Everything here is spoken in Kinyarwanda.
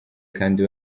kandi